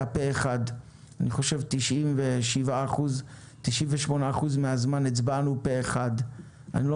פה אחד - אני חושב ש-98 אחוזים מהזמן הצבענו פה אחד - אני לא